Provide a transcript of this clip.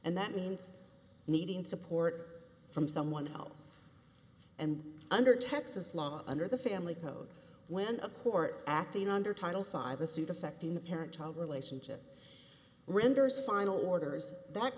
and that means needing support from someone else and under texas law under the family code when a court acting under title five a suit affecting the parent child relationship renders final orders that